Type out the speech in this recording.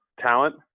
talent